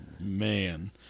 man